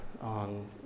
on